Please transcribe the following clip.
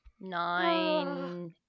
Nine